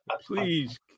please